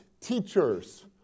teachers